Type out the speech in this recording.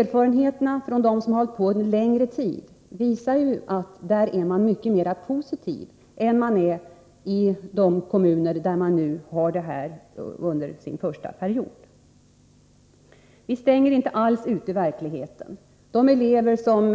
Erfarenheterna från kommuner där verksamheten pågått under en längre tid visar att man där är mycket mera positiv än man är i de kommuner som för första gången tillämpar systemet. Vi stänger inte alls ute verkligheten. De elever som